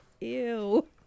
ew